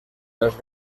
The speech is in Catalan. les